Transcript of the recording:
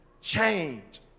Change